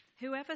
whoever